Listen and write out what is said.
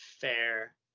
Fair